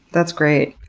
that's great.